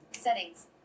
Settings